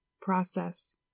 process